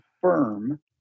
firm